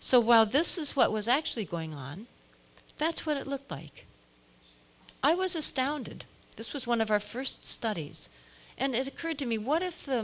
so while this is what was actually going on that's what it looked like i was astounded this was one of our first studies and it occurred to me what if the